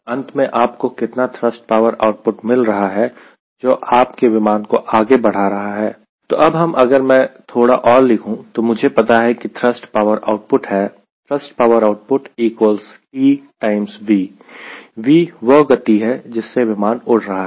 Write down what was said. अंत में आपको कितना थ्रस्ट पावर आउटपुट मिल रहा है जो आप के विमान को आगे बढ़ा रहा है तो अब अगर मैं थोड़ा और लिखूं तो मुझे पता है कि थ्रस्ट पावर आउटपुट है 𝑇ℎ𝑟𝑢𝑠𝑡 𝑃𝑜𝑤𝑒𝑟 𝑜𝑢𝑡𝑝𝑢𝑡 𝑇𝑉 V वह गति है जिससे विमान उड़ रहा है